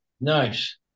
Nice